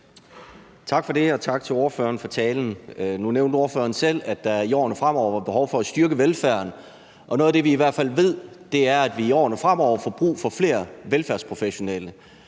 Tak for det, og tak til ordføreren for talen. Nu nævnte ordføreren selv, at der i årene fremover var behov for at styrke velfærden, og noget af det, vi i hvert fald ved, er, at vi i årene fremover får brug for flere velfærdsprofessionelle.